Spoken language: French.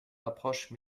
approche